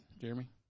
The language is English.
Jeremy